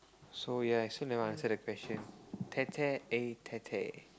so ya I still never answer the answer tete-a-tete